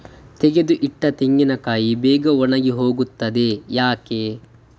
ತೆಗೆದು ಇಟ್ಟ ತೆಂಗಿನಕಾಯಿ ಬೇಗ ಒಣಗಿ ಹೋಗುತ್ತದೆ ಯಾಕೆ?